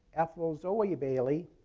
ethel zoe bailey,